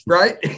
right